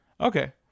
Okay